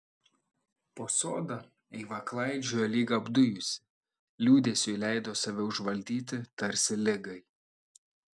po sodą eiva klaidžiojo lyg apdujusi liūdesiui leido save užvaldyti tarsi ligai